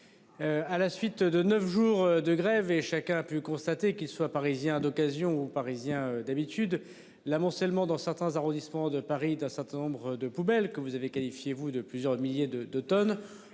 À la suite de 9 jours de grève et chacun a pu constater qu'ils soient parisien d'occasion, Parisien d'habitude l'amoncellement dans certains arrondissements de Paris, d'un certain nombre de poubelles, que vous avez qualifié vous-de plusieurs milliers de tonnes